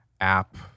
app